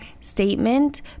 statement